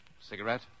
Cigarette